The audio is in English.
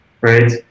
right